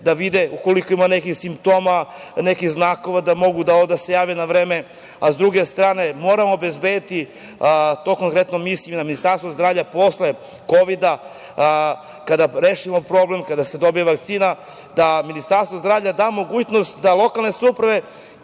da vide ukoliko ima nekih simptoma, nekih znakova, da mogu da se jave na vreme. Sa druge strane, moramo obezbediti, to konkretno mislim na Ministarstvo zdravlja, posle kovida, kada rešimo problem, kada se dobije vakcina, da Ministarstvo zdravlja da mogućnost da lokalne samouprave,